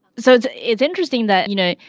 so it's it's interesting that you know,